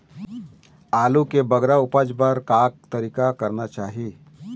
आलू के बगरा उपज बर का तरीका करना चाही?